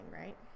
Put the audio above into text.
right